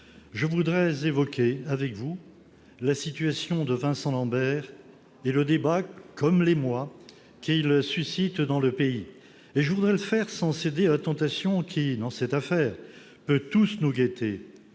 je voudrais évoquer avec vous la situation de Vincent Lambert et le débat, comme l'émoi, qu'elle suscite dans le pays. Je voudrais le faire sans céder à la tentation qui, dans cette affaire, peut tous nous guetter,